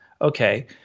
okay